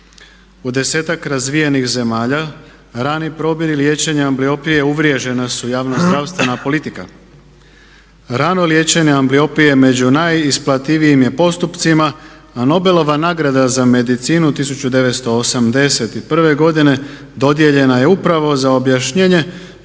U 10-ak razvijenih zemalja rani probir i liječenje ambliopije uvriježena su javno zdravstvena politika. Rano liječenje ambliopije među najisplativijim je postupcima a Nobelova nagrada za medicinu 1981. godine dodijeljena je upravo za objašnjenje